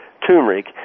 turmeric